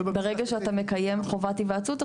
ברגע שאתה מקיים עכשיו חובת היוועצות,